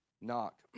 knock